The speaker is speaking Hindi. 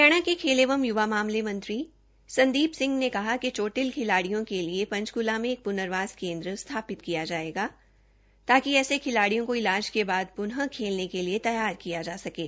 हरियाणा के खेल एवं युवा मामले मंत्री संदीप सिंह ने कहा कि चोटिल खिलाड़ियों के लिए पंचकूला में एक पुर्नवास केन्द्र स्थापित किया जाएगा ताकि ऐसे खिलाड़ियों का ईलाज के बाद पूनः खेलने के लिए तैयार किया जा सकें